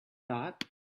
thought